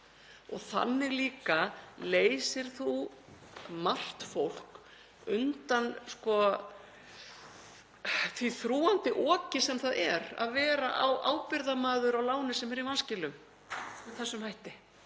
Þannig líka leysir þú margt fólk undan því þrúgandi oki sem það er að vera ábyrgðarmaður á lánum sem eru í vanskilum með þessum hætti.